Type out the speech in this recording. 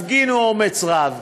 הפגינו אומץ רב.